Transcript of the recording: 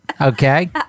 Okay